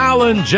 Alan